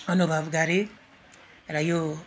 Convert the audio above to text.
अनुभव गरेँ र यो